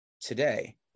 today